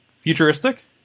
futuristic